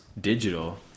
digital